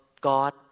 God